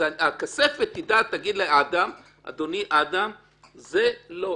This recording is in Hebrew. אני לא רוצה, אז הכספת תגיד לאדם: אדוני, זה לא.